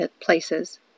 places